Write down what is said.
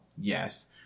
Yes